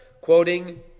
quoting